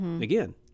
again